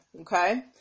Okay